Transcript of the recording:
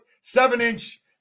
seven-inch